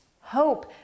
hope